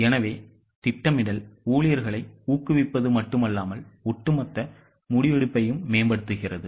எனவே திட்டமிடல் ஊழியர்களை ஊக்குவிப்பது மட்டுமல்லாமல் ஒட்டுமொத்த முடிவெடுப்பையும் மேம்படுத்துகிறது